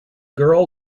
girl